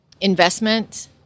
investment